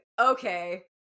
okay